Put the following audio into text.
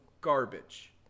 garbage